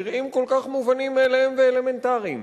נראים כל כך מובנים מאליהם ואלמנטריים?